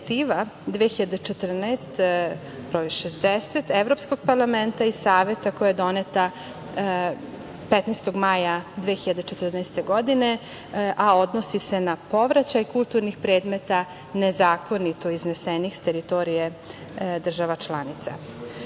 2014 broj 60 Evropskog parlamenta i Saveta koja je doneta 15. maja 2014. godine, a odnosi se na povraćaj kulturnih predmeta nezakonito iznesenih s teritorije država